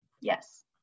Yes